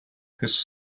his